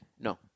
No